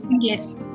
Yes